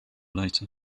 later